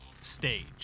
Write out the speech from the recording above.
stage